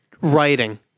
writing